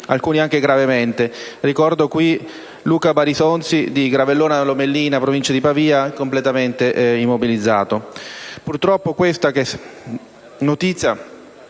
alcuni gravemente. Ricordo qui Luca Barisonzi, di Gravellona Lomellina, in provincia di Pavia, che è completamente immobilizzato. Purtroppo, questa notizia